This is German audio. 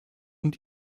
und